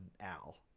Al